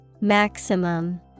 Maximum